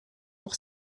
pour